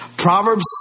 Proverbs